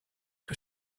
que